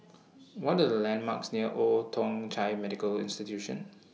What Are The landmarks near Old Thong Chai Medical Institution